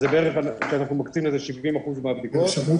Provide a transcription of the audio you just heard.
אנחנו מקצים לזה 70% מהבדיקות בערך; השנייה